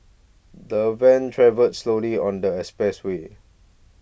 the van travelled slowly on the expressway